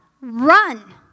Run